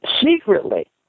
secretly